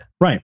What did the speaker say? right